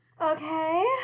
Okay